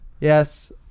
Yes